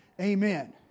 Amen